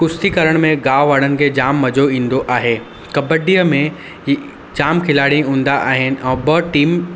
कुश्ती करण में गांव वारनि खे जाम मजो ईंदो आहे कबड्डीअ में ही जाम खिलाड़ी हूंदा आहिनि ऐं ॿ टीम